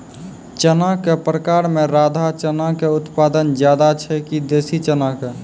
चना के प्रकार मे राधा चना के उत्पादन ज्यादा छै कि देसी चना के?